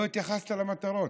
לא התייחסת למטרות.